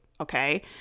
Okay